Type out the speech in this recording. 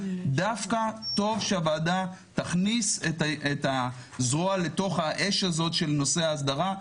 דווקא טוב שהוועדה תכניס את הזרוע לתוך האש הזאת של נושא ההסדרה,